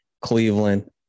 Cleveland